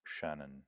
Shannon